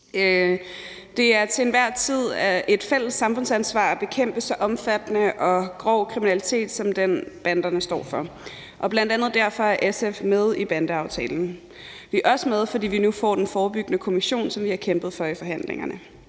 Det er til enhver tid et fælles samfundsansvar at bekæmpe så omfattende og grov kriminalitet som den, banderne står for, og bl.a. derfor er SF med i bandeaftalen. Vi er også med, fordi vi nu får den forebyggende kommission, som vi har kæmpet for i forhandlingerne.